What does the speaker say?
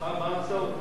מה ההצעות?